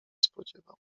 spodziewał